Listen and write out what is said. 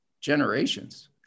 generations